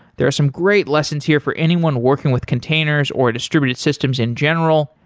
there are some great lessons here for anyone working with containers or distributed systems in general,